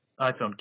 iPhone